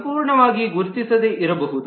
ಸಂಪೂರ್ಣವಾಗಿ ಗುರುತಿಸದೆ ಇರಬಹುದು